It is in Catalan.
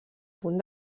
punt